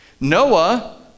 Noah